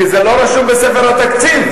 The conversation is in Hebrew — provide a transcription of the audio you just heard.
כי זה לא רשום בספר התקציב,